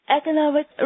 economic